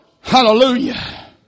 Hallelujah